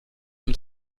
dem